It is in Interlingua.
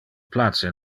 place